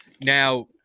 now